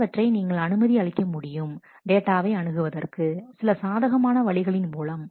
மற்றவற்றை நீங்கள் அனுமதி அளிக்க முடியும் டேட்டாவைஅணுகுவதற்கு சில சாதகமான வழிகளின் மூலம்